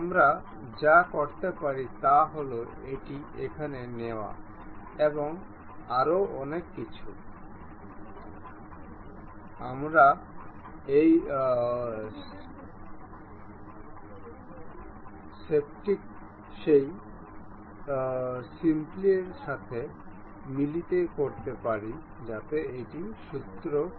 এখন আমরা দেখতে পাচ্ছি যে এটি এখন লগড করা হয়েছে এবং এখন আমরা স্লটের মধ্যে এই চলমান দেখতে পাচ্ছি এবং স্লট সারফেসটি দেখার জন্য এটি ট্যানজেন্ট